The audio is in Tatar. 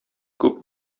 күп